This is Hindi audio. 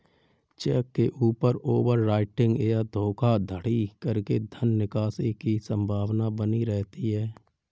चेक के ऊपर ओवर राइटिंग या धोखाधड़ी करके धन निकासी की संभावना बनी रहती है